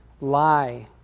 lie